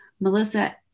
Melissa